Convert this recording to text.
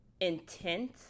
intent